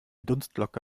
dunstglocke